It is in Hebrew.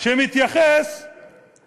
שמתייחס, הגעת לשם?